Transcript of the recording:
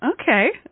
Okay